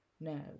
no